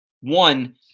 One